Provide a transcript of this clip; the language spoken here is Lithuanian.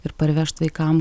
ir parvežt vaikam